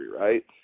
right